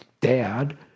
dad